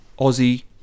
Aussie